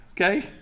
okay